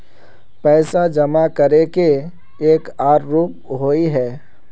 पैसा जमा करे के एक आर रूप होय है?